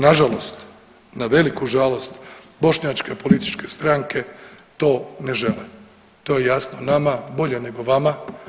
Nažalost, na veliku žalost, bošnjačke političke stranke to ne žele, to je jasno nama bolje nego vama.